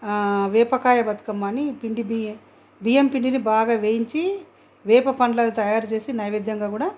వేపకాయ బతుకమ్మ అని పిండి బియ్యం బియ్యం పిండిని బాగా వేయించి వేపపండులను తయారుచేసి నైవేద్యంగా కూడా